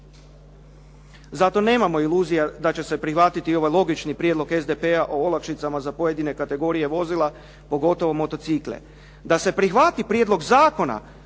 Zato nemamo iluzija da će se prihvatiti ovaj logični prijedlog SDP-a o olakšicama za pojedine kategorije vozila pogotovo motocikle. Da se prihvati Prijedlog zakona